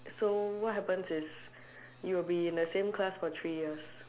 so what happens is you will be in the same class for three years